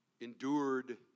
endured